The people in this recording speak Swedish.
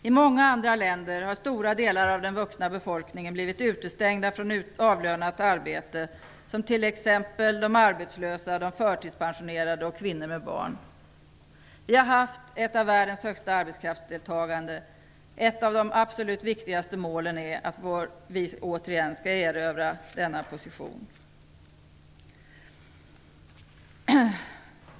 I många andra länder har stora delar av den vuxna befolkningen blivit utestängda från avlönat arbete, som t.ex. de arbetslösa, de förtidspensionerade och kvinnor med barn. Vi har haft ett av världens högsta arbetskraftsdeltagande. Ett av de absolut viktigaste målen är att vi återigen skall erövra denna position.